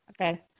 Okay